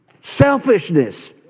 Selfishness